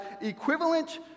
equivalent